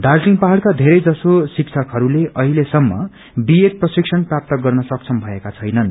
दार्जीतिङ पहाड़का धेरै जसो शिक्षकहस्ले अहिलेसम्म बीएड प्रशिक्षण प्राप्त गर्न सक्षम भएका छैनन्